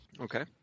Okay